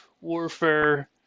warfare